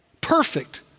Perfect